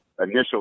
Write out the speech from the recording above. initial